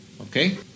Okay